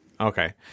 okay